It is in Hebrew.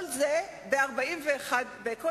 אז